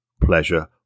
pleasure